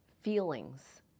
feelings